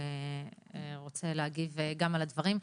הוא רוצה גם להגיב על הדברים.